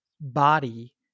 body